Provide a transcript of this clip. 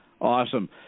awesome